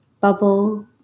bubble